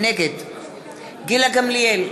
נגד גילה גמליאל,